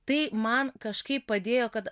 tai man kažkaip padėjo kad